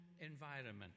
environment